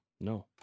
No